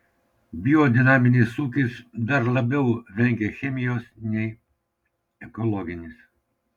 biodinaminis ūkis dar labiau vengia chemijos nei ekologinis